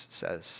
says